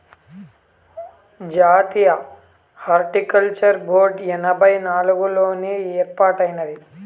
జాతీయ horticulture board ఎనభై నాలుగుల్లోనే ఏర్పాటైనాది